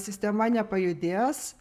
sistema nepajudės